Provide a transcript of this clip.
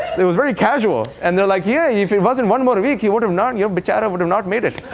was very casual. and they're like yeah, if it wasn't one more week, he would have not yeah um bicharo would have not made it.